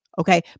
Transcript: okay